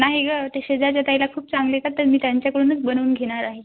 नाही गं ते शेजारच्या ताईला खूप चांगले येतात तर मी त्यांच्याकडूनच बनवून घेणार आहे